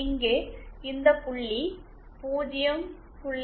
இங்கே இந்த புள்ளி 0